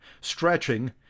stretching